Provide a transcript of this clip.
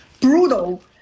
brutal